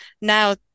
now